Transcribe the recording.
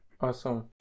awesome